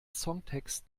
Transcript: songtext